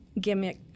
gimmick